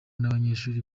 n’abanyeshuri